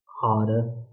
harder